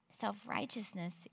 Self-righteousness